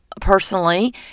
personally